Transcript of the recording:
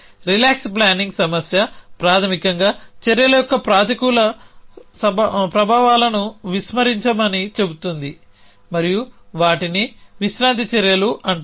relax planning సమస్య ప్రాథమికంగా చర్యల యొక్క ప్రతికూల ప్రభావాలను విస్మరించమని చెబుతుంది మరియు వాటిని విశ్రాంతి చర్యలు అంటారు